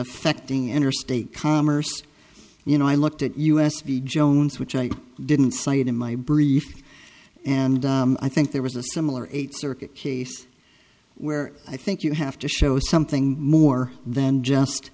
affecting interstate commerce you know i looked at u s v jones which i didn't cite in my brief and i think there was a similar eight circuit case where i think you have to show something more than just